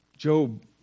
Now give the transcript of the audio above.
Job